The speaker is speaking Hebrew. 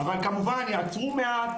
אבל כמובן ייעצרו מעט,